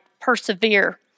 persevere